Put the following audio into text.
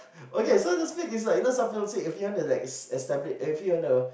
okay so to speak it's like you know some people say if you want to like es~ establish if you want to